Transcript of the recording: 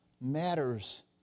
matters